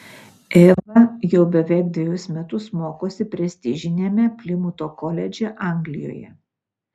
eva jau beveik dvejus metus mokosi prestižiniame plimuto koledže anglijoje